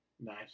Nice